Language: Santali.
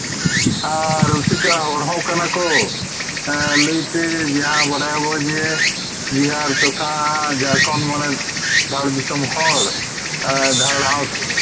ᱟᱨ ᱨᱩᱥᱤᱠᱟ ᱦᱚᱲ ᱦᱚᱸ ᱠᱟᱱᱟ ᱠᱚ ᱞᱟᱹᱭᱛᱮ ᱡᱟᱦᱟᱸ ᱵᱟᱰᱟᱭᱟᱵᱚ ᱡᱮ ᱵᱤᱦᱟᱨ ᱛᱚᱛᱷᱟ ᱡᱷᱟᱲᱠᱷᱚᱸᱰ ᱢᱟᱱᱮ ᱫᱷᱟᱲ ᱫᱤᱥᱚᱢ ᱦᱚᱲ ᱫᱷᱟᱲᱦᱟᱣᱥᱤ